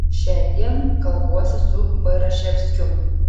šiandien kalbuosi su bairaševskiu